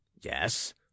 yes